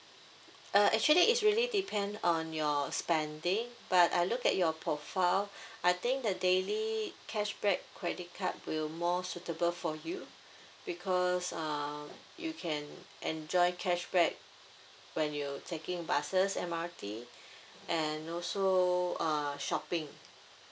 uh actually it's really depend on your spending but I look at your profile I think the daily cashback credit card will more suitable for you because um you can enjoy cashback when you taking buses M_R_T and also uh shopping